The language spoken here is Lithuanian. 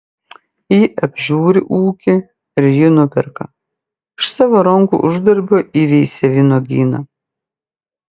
ji apžiūri ūkį ir jį nuperka iš savo rankų uždarbio įveisia vynuogyną